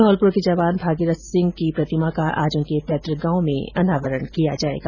घौलपुर के जवान भागीरथ सिंह ण्की प्रतिमा का आज उनके पैतृक गांव में अनावरण किया जायेगा